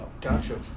Gotcha